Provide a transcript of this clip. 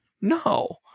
No